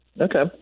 Okay